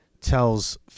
tells